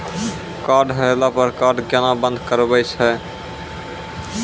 Card हेरैला पर card केना बंद करबै छै?